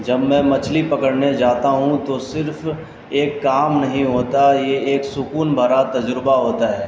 جب میں مچھلی پکڑنے جاتا ہوں تو صرف ایک کام نہیں ہوتا یہ ایک سکون بھرا تجربہ ہوتا ہے